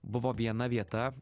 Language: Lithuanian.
buvo viena vieta